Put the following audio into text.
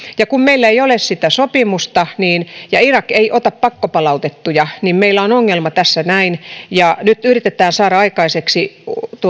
kun meillä ei ole sitä sopimusta ja irak ei ota pakkopalautettuja niin meillä on ongelma tässä näin nyt yritetään saada aikaiseksi